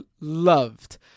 loved